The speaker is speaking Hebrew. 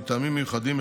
מטעמים מיוחדים,